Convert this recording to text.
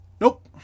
nope